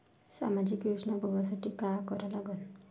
सामाजिक योजना बघासाठी का करा लागन?